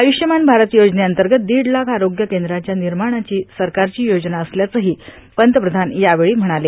आय्रष्यमान भारत योजनेअंतर्गत दीडलाख आरोग्य केंद्राच्या निर्माणाची सरकारची योजना असल्याचंही पंतप्रधान यावेळी म्हणाले